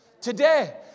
today